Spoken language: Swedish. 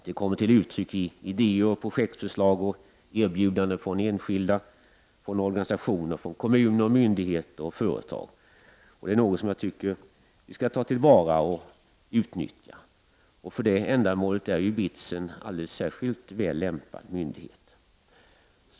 Det kommer till uttryck i idéer, projektförslag och erbjudanden från enskilda, organisationer, kommuner, myndigheter och företag. Detta är något som vi enligt min mening skall ta till vara och utnyttja. För detta ändamål är ju BITS en alldeles särskilt väl lämpad myndighet.